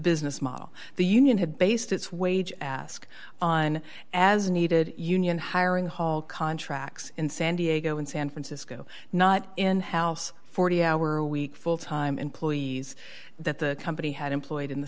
business model the union had based its wage ask on as needed union hiring hall contracts in san diego and san francisco not in house forty hour week full time employees that the company had employed in the